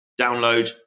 download